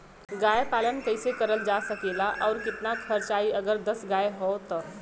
गाय पालन कइसे करल जा सकेला और कितना खर्च आई अगर दस गाय हो त?